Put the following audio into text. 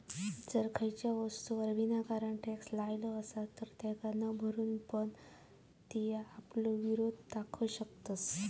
जर कुठल्या वस्तूवर विनाकारण टॅक्स लावलो असात तर तेका न भरून पण तू आपलो विरोध दाखवू शकतंस